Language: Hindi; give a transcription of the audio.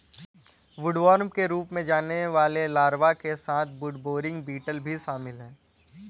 वुडवर्म के रूप में जाने वाले लार्वा के साथ वुडबोरिंग बीटल में शामिल हैं